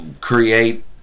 create